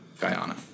Guyana